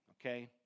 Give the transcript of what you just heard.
Okay